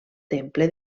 temple